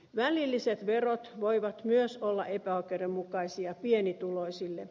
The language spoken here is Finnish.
välilliset verot voivat myös olla epäoikeudenmukaisia pienituloisille